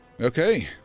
Okay